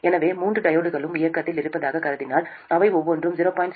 எனவே மூன்று டையோட்களும் இயக்கத்தில் இருப்பதாகக் கருதினால் அவை ஒவ்வொன்றும் 0